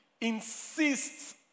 Insists